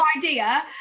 idea